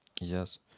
Yes